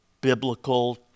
biblical